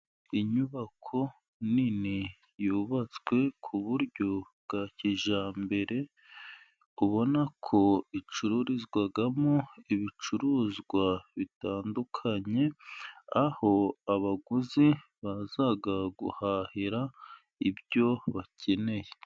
Inyubako nini yubatswe ku buryo bwa kijyambere, ubona ko icururizwamo ibicuruzwa bitandukanye, aho abaguzi baza guhahira ibyo bakeneye.